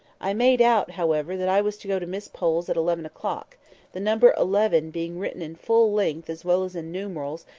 i made out, however, that i was to go to miss pole's at eleven o'clock the number eleven being written in full length as well as in numerals,